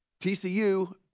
TCU